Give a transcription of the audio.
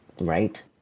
right